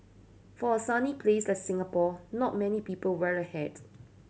for a sunny place like Singapore not many people wear a hat